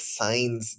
signs